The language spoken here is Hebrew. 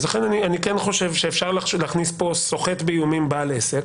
לכן אני כן חושב שאפשר להכניס כאן סוחט באיומים בעל עסק,